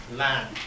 land